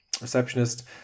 receptionist